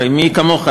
הרי מי כמוך,